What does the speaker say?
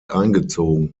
eingezogen